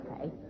Okay